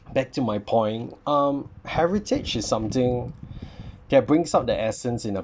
back to my point um heritage is something that brings out the essence in a